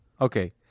Okay